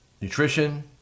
nutrition